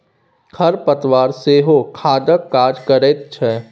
खर पतवार सेहो खादक काज करैत छै